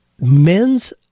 Men's